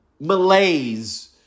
malaise